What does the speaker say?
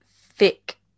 thick